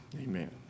Amen